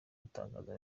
gutangaza